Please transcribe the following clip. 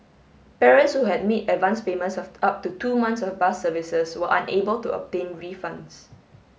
parents who had made advanced payments of up to two months of bus services were unable to obtain refunds